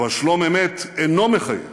אבל שלום אמת אינו מחייב